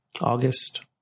August